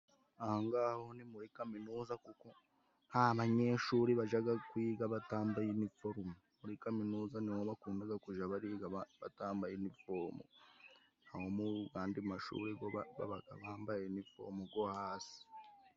Aha ngaha ho ni muri kaminuza nta banyeshuri bajya kwiga batambaye inifomo. Muri kaminuza niho bakunda kujya bariga batambaye inifomo. Abo mu yandi mashuri yo baba bambaye inifomo yo hasi.